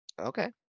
Okay